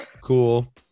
Cool